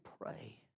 pray